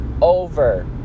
over